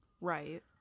Right